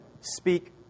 speak